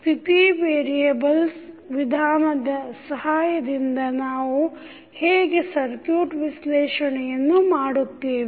ಸ್ಥಿತಿ ವೇರಿಯೆಬಲ್ ವಿಧಾನದ ಸಹಾಯದಿಂದ ನಾವು ಹೇಗೆ ಸರ್ಕೂಟ್ ವಿಶ್ಲೇಷಣೆಯನ್ನು ಮಾಡುತ್ತೇವೆ